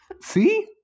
See